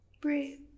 Breathe